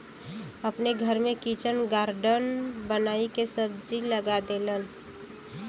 अपने घर में किचन गार्डन बनाई के सब्जी लगा देलन